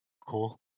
Cool